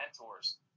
mentors